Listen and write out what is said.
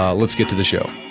ah let's get to the show.